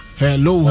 hello